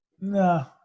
no